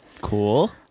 cool